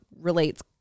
relates